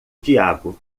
diabo